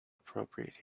appropriate